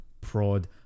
prod